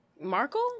Markle